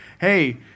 Hey